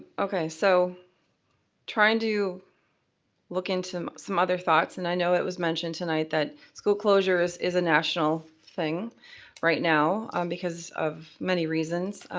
okay, so trying to look into some other thoughts, and i know what was mentioned tonight that school closure is is a national thing right now because of many reasons.